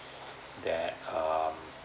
that um